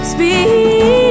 Speak